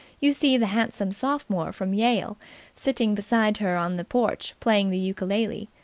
you see the handsome sophomore from yale sitting beside her on the porch, playing the ukulele.